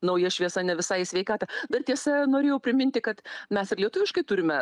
nauja šviesa ne visai sveikatą dar tiesa norėjau priminti kad mes ir lietuviškai turime